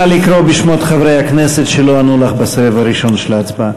נא לקרוא בשמות חברי הכנסת שלא ענו לך בסבב הראשון של ההצבעה.